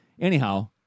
Anyhow